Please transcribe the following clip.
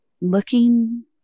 Looking